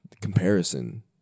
comparison